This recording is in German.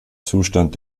zustand